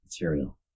material